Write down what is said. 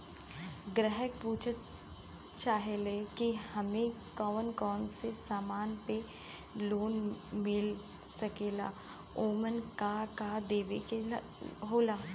ग्राहक पुछत चाहे ले की हमे कौन कोन से समान पे लोन मील सकेला ओमन का का देवे के होला?